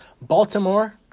Baltimore